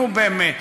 נו, באמת.